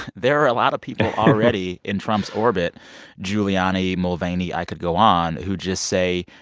there are a lot of people. already in trump's orbit giuliani, mulvaney, i could go on who just say,